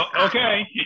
okay